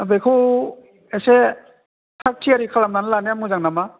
बेखौ एसे थाग थियारि खालामनानै लानाया मोजां नामा